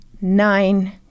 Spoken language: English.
nine